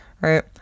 right